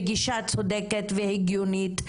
בגישה צודקת והגיונית,